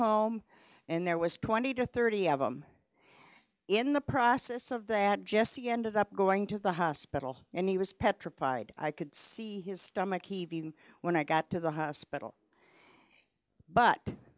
home and there was twenty to thirty of them in the process of the ad jesse ended up going to the hospital and he was petrified i could see his stomach even when i got to the hospital but